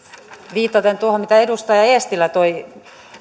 viitaten tuohon mitä edustaja eestilä toi